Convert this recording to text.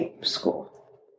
school